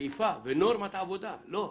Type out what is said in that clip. שאיפה ונורמת עבודה, לא.